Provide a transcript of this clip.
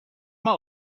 all